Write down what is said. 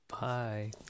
Bye